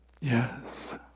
yes